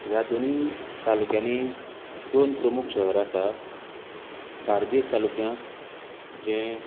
ह्या दोनूय तालुक्यांनी दोन प्रमुख शहरां आसात बार्देज तालुक्यांत जे